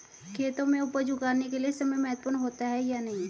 खेतों में उपज उगाने के लिये समय महत्वपूर्ण होता है या नहीं?